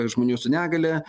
žmonių su negalia